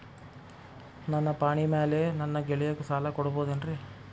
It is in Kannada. ನನ್ನ ಪಾಣಿಮ್ಯಾಲೆ ನನ್ನ ಗೆಳೆಯಗ ಸಾಲ ಕೊಡಬಹುದೇನ್ರೇ?